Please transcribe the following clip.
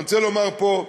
אני רוצה לומר פה,